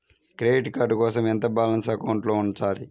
Credit card కోసం ఎంత balance అకౌంట్లో ఉంచాలి?